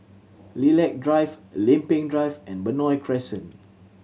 Lilac Drive Lempeng Drive and Benoi Crescent